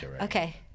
Okay